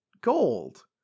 gold